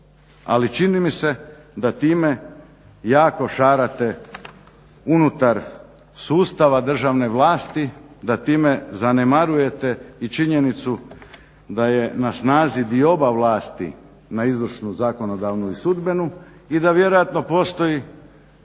ali čini mi se da time jako šarate unutar sustava državne vlasti, da time zanemarujete i činjenicu da je na snazi dioba vlasti na izvršnu, zakonodavnu i sudbenu i da vjerojatno postoji